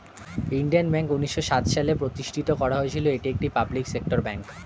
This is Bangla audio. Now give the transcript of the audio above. ইন্ডিয়ান ব্যাঙ্ক উন্নিশো সাত সালে প্রতিষ্ঠিত করা হয়েছিল, এটি একটি পাবলিক সেক্টর ব্যাঙ্ক